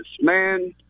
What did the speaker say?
Man